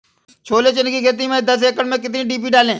छोले चने की खेती में दस एकड़ में कितनी डी.पी डालें?